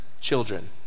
children